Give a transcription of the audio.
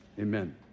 amen